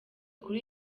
kuri